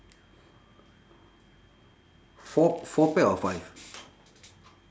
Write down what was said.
four four pear or five